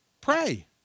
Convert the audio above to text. Pray